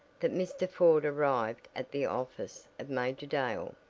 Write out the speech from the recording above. that mr. ford arrived at the office of major dale.